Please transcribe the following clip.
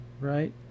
right